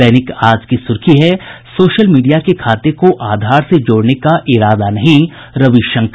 दैनिक आज की सुर्खी है सोशल मीडिया के खाते को आधार से जोड़ने का इरादा नहीं रविशंकर